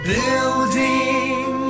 Building